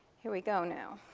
here we go now.